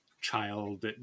child